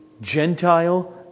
Gentile